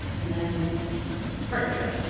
and then partnerships.